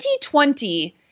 2020